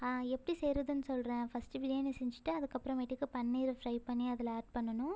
எப்படி செய்கிறதுன்னு சொல்கிறேன் ஃபஸ்ட்டு பிரியாணி செஞ்சுட்டு அதுக்கு அப்புறமேட்டுக்கு பன்னீரை ஃப்ரை பண்ணி அதில் ஆட் பண்ணணும்